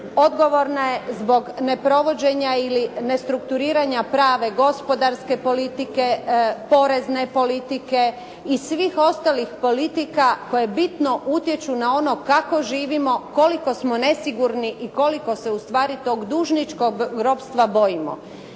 Odgovorna je zbog ne provođenja ili nestrukturiranja prave gospodarske politike, porezne politike i svih ostalih politika koje bitno utječu na ono kako živimo, koliko smo nesigurni i koliko se ustvari tog dužničkog ropstva bojimo.